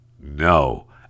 no